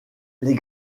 les